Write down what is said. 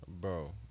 Bro